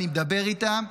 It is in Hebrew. אני מדבר איתם,